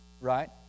right